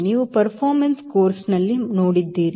ನೀವು performance ಕೋರ್ಸ್ನಲ್ಲಿ ಮಾಡಿದ್ದೀರಿ